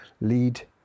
lead